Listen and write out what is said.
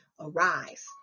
arise